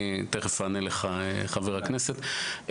תיכף אענה לך, חבר הכנסת.